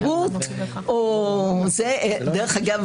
ההכרזה באה רק לשם קביעת העובדה של ייסוד המדינה